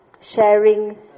sharing